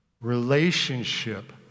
Relationship